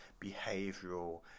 behavioural